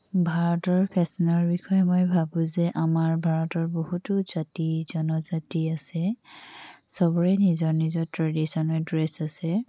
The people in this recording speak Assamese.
ভাৰতৰ ফেশ্বনৰ বিষয়ে মই ভাবোঁ যে আমাৰ ভাৰতত বহুতো জাতি জনজাতি আছে সবৰে নিজৰ নিজৰ ট্ৰেডিশ্যনেল ড্ৰেছ আছে